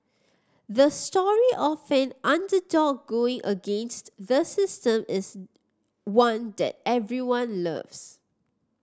the story of an underdog going against the system is one that everyone loves